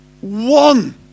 one